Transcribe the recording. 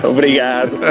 Obrigado